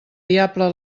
diable